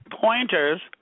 pointers